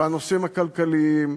והנושאים הכלכליים,